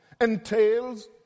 entails